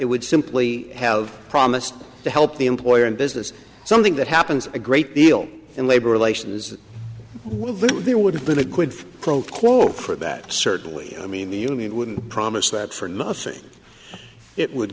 would simply have promised to help the employer in business something that happens a great deal in labor relations as they would have been a quid pro quo for that certainly i mean the union wouldn't promise that for nothing it would